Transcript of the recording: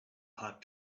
hot